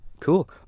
cool